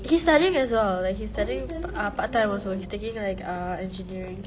he's studying as well like he's studying err part-time also he's taking like err engineering